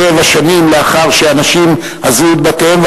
שבע שנים לאחר שאנשים עזבו את בתיהם,